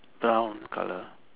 brown colour